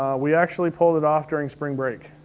we actually pulled it off during spring break,